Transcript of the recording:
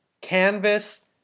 canvas